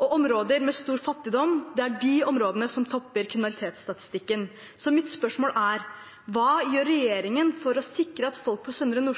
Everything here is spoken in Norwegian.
og områder med stor fattigdom er de områdene som topper kriminalitetsstatistikken. Så mitt spørsmål er: Hva gjør regjeringen for å sikre at folk på Søndre